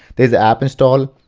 there's app install,